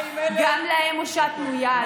גם להם הושטנו יד.